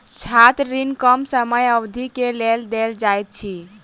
छात्र ऋण कम समय अवधि के लेल देल जाइत अछि